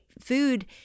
food